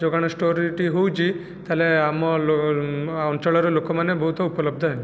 ଯୋଗାଣ ଷ୍ଟୋର୍ଟି ହେଉଛି ତା'ହେଲେ ଆମ ଅଞ୍ଚଳର ଲୋକମାନେ ବହୁତ ଉପଲବ୍ଧ ହେବେ